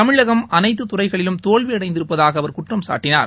தமிழகம் அனைத்து துறைகளிலும் தோல்வி அடைந்திருப்பதாக அவர் குற்றம் சாட்டினார்